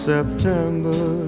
September